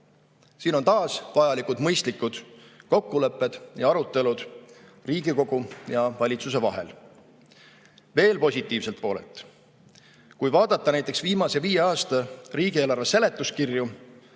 Siin on taas vajalikud mõistlikud kokkulepped ja arutelud Riigikogu ja valitsuse vahel. Veel positiivselt poolelt. Kui vaadata näiteks viimase viie aasta riigieelarve seletuskirju,